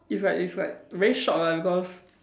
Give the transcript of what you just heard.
it's like it's like very short lah because